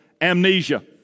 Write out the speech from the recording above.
amnesia